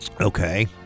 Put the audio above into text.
Okay